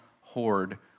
hoard